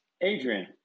Adrian